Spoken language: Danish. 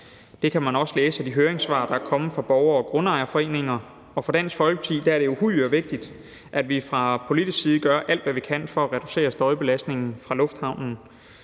Det kan man også læse af de høringssvar, der er kommet fra borgere og grundejerforeninger, og for Dansk Folkeparti er det uhyre vigtigt, at vi fra politisk side gør alt, hvad vi kan, for at reducere støjbelastningen fra lufthavnen.